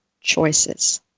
choices